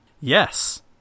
Yes